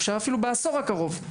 אפשר אפילו בעשור הקרוב,